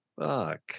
fuck